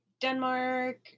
Denmark